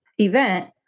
event